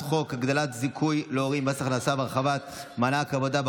חוק הגדלת זיכוי להורים במס הכנסה והרחבת מענק העבודה.